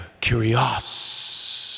curious